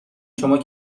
شما